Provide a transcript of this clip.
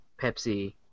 Pepsi